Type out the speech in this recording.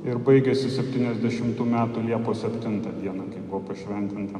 ir baigėsi septyniasdešimtų metų liepos septintą dieną kai buvo pašventinta